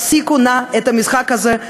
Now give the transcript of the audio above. הפסיקו נא את המשחק הזה,